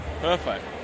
Perfect